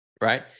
right